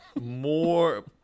more